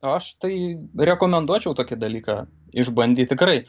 aš tai rekomenduočiau tokį dalyką išbandyt tikrai